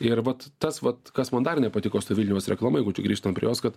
ir vat tas vat kas man dar nepatiko su ta vilniaus reklama jeigu čia grįžtant prie jos kad